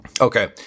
Okay